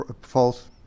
false